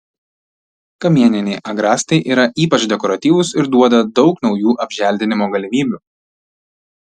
kamieniniai agrastai yra ypač dekoratyvūs ir duoda daug naujų apželdinimo galimybių